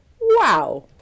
wow